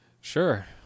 Sure